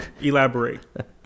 elaborate